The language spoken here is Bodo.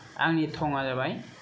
आंनि थंआ जाबाय